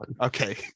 Okay